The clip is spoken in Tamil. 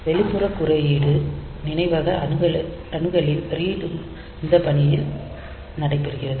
வெளிப்புற குறியீடு நினைவக அணுகலின் ரீட் டும் இந்த பாணியில் நடைபெறுகிறது